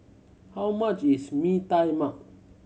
how much is Mee Tai Mak